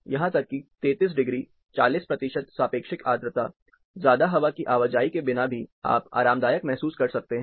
यहां तक कि 33 डिग्री 40 प्रतिशत सापेक्षिक आर्द्रता ज्यादा हवा की आवाजाही के बिना भी आप आरामदायक महसूस कर सकते हैं